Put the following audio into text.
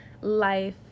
life